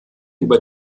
über